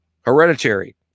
hereditary